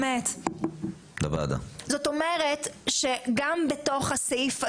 זאת אומרת, גם בתוך הסעיף הזה,